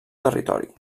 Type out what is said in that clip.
territori